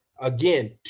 Again